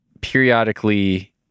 periodically